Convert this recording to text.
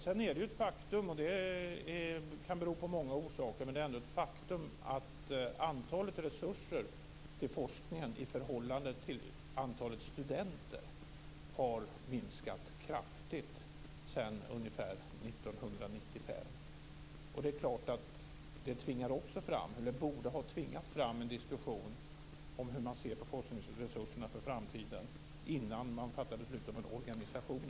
Sedan är det ju ett faktum, och det kan bero på många olika saker, att resurserna till forskningen i förhållande till antalet studenter har minskat kraftigt sedan 1995. Det borde ha tvingat fram en diskussion om hur man ser på forskningsresurserna för framtiden innan man fattar beslut om en organisation.